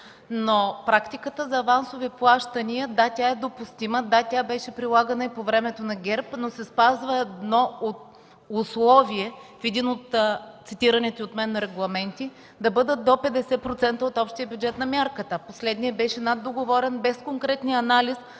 Практиката за авансови плащания, да, тя е допустима, да, тя беше прилагана и по времето на ГЕРБ, но се спазва условие в един от цитираните от мен регламенти – да бъдат до 50% от общия бюджет на мярката. Последният беше наддоговорен, без конкретния анализ